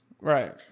Right